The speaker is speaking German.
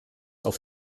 auf